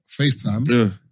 FaceTime